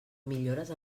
millores